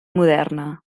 moderna